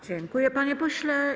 Dziękuję, panie pośle.